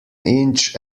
inch